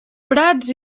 prats